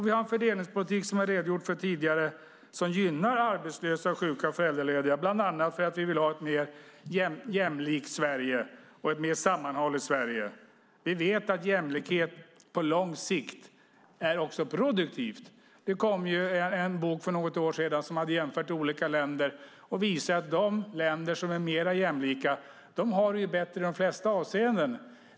Vi har en fördelningspolitik, som jag tidigare redogjort för, som gynnar arbetslösa, sjuka och föräldralediga bland annat för att vi vill ha ett mer jämlikt och sammanhållet Sverige. Vi vet att jämlikhet på lång sikt också är produktivt. Det kom en bok för något år sedan där man hade jämfört olika länder. Det visar sig att de länder som är mer jämlika har det bättre i de flesta avseenden.